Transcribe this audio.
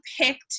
picked